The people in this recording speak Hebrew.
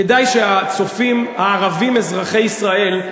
כדאי שהצופים הערבים אזרחי ישראל,